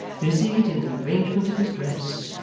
busied in the arrangement of his dress.